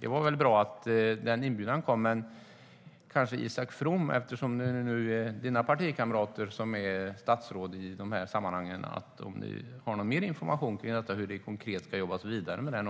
Det var bra att inbjudan kom, men Isak From kanske har mer information, eftersom det är hans partikamrater som är statsråd i dessa sammanhang. Hur ska det konkret jobbas vidare?